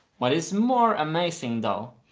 what is more amazing though,